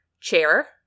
chair